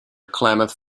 klamath